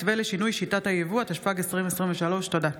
5) (מתווה לשינוי שיטת היבוא), התשפ"ג 2023. תודה.